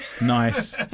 nice